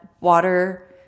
water